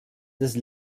des